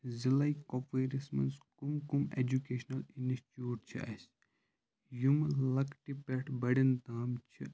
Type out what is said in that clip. ضِلعے کپوٲرِس منٛز کُم کُم ایٚجوکیشنَل اِنَسچُوٹ چھِ اَسہِ یِم لۄکٹہِ پؠٹھ بڑؠن تام چھِ